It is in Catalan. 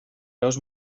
veus